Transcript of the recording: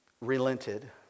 relented